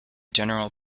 general